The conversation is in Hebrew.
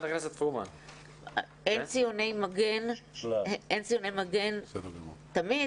אין ציוני מגן תמיד?